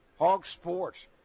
hogsports